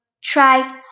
try